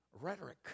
rhetoric